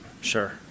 Sure